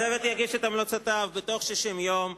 הצוות יגיש את המלצותיו בתוך 60 יום.